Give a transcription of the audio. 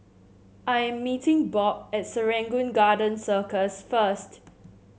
I am meeting Bob at Serangoon Garden Circus first